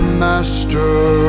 Master